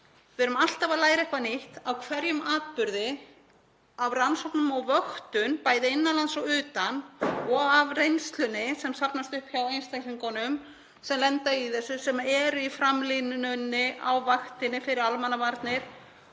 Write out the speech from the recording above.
Við erum alltaf að læra eitthvað nýtt, af hverjum atburði, af rannsóknum og vöktun, bæði innan lands og utan, og af reynslunni sem safnast upp hjá einstaklingunum sem lenda í þessu og eru í framlínunni á vaktinni fyrir almannavarnir